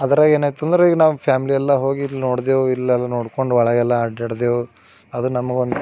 ಅದರಾಗ ಏನಾಯ್ತಂದ್ರೆ ಈಗ ನಮ್ಮ ಫ್ಯಾಮ್ಲಿ ಎಲ್ಲ ಹೋಗಿಲ್ಲ ನೋಡಿದೆವು ಇಲ್ಲ ನೋಡ್ಕೊಂಡು ಒಳಗೆಲ್ಲ ಅಡ್ಡಾಡಿದೆವು ಆದ್ರೆ ನಮಗೊಂದು